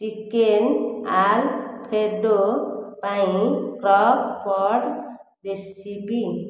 chicken ଆଲଫେଡ଼ୋ ପାଇଁ ପ୍ରୱଡ଼୍ ରେସିପି